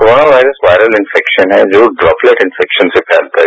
corona virus viral infection है जो droplet infection से फैलता है